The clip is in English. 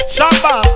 Shamba